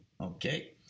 Okay